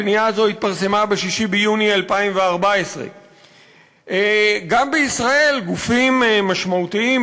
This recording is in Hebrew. הפנייה הזו התפרסמה ב-6 ביוני 2014. גם בישראל גופים משמעותיים,